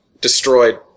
destroyed